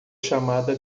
chamada